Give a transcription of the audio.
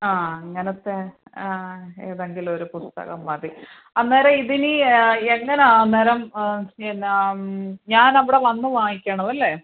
ആ അങ്ങനത്തെ ആ ഏതെങ്കിലുവൊര് പുസ്തകം മതി അന്നേരം ഇത് ഇനി എങ്ങനെയാണ് അന്നേരം പിന്നെ ഞാൻ അവിടെ വന്നു വാങ്ങിക്കണമല്ലേ